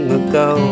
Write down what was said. ago